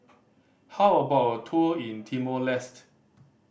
how about a tour in Timor Leste